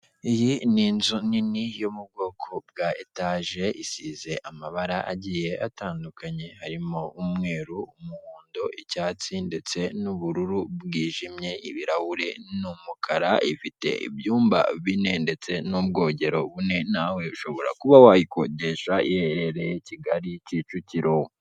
Inzu igurishwa cumi na gatanu, uvuye Mayange ifite amakaro yose, ni nziza kandi yubatse muburyo bugezweho.